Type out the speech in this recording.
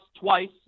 twice